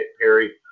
Perry